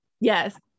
yes